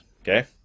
Okay